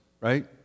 right